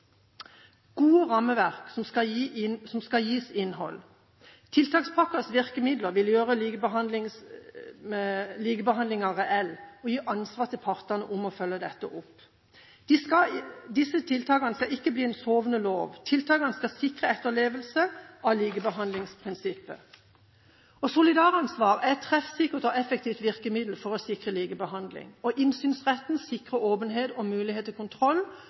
som skal gis innhold. Tiltakspakkens virkemidler vil gjøre likebehandlingen reell og vil gi partene ansvar for å følge dette opp. Tiltakene skal ikke bli sovende lovbestemmelser. Tiltakene skal sikre etterlevelse av likebehandlingsprinsippet. Solidaransvar er et treffsikkert og effektivt virkemiddel for å sikre likebehandling. Innsynsretten sikrer åpenhet og mulighet til kontroll